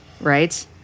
Right